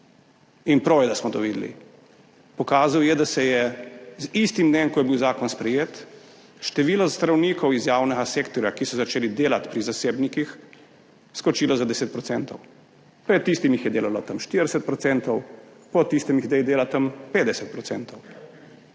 in prav je, da smo to videli –, pokazal je, da je z istim dnem, ko je bil zakon sprejet, število zdravnikov iz javnega sektorja, ki so začeli delati pri zasebnikih, skočilo za 10 %. Pred tistim jih je delalo tam 40 %, po tistem jih zdaj dela tam 50 %.